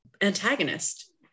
Antagonist